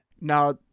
Now